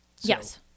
Yes